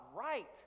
right